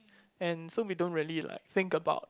and so we don't really like think about